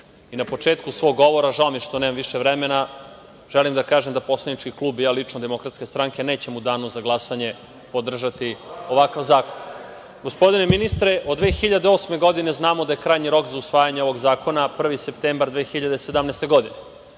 početku svog govora, žao mi je što nemam više vremena, želim da kažem da poslanički klub i ja lično, DS, nećemo u danu za glasanje podržati ovakav zakon. Gospodine ministre, od 2008. godine znamo da je krajnji rok za usvajanje 1. septembar 2017. godine. Mi